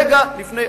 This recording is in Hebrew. רגע לפני.